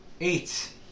Eight